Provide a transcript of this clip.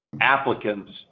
applicants